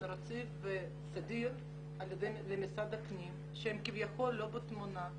רציף וסדיר במשרד הפנים שהוא כביכול לא בתמונה.